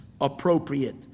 appropriate